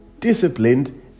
disciplined